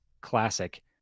classic